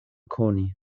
koni